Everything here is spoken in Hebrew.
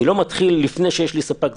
אני לא מתחיל לפני שיש לי ספק.